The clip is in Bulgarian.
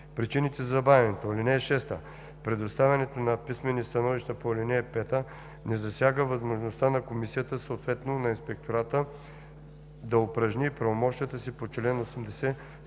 причините за забавянето. (6) Предоставянето на писмено становище по ал. 5 не засяга възможността на комисията, съответно на инспектората да упражни и правомощията си по чл. 80 спрямо